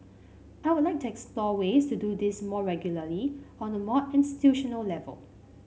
I would like to explore ways to do this more regularly on a more institutional level